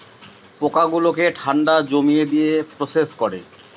পোকা গুলোকে ঠান্ডাতে জমিয়ে দিয়ে প্রসেস করে